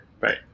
right